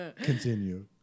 Continue